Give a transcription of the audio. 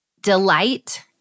Delight